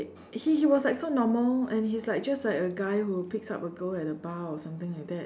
he he was like so normal and he's like just like a guy who picks up a girl at the bar or something like that